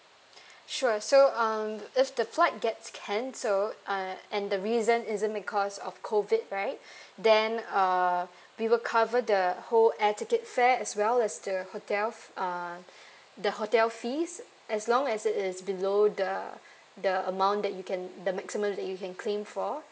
sure so um if the flight gets cancelled uh and the reason isn't because of COVID right then err we will cover the whole air ticket fare as well as the hotel err the hotel fees as long as it is below the the amount that you can the maximum that you can claim for